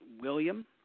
william